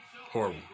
horrible